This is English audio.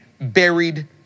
buried